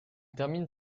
termine